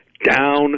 Down